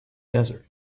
desert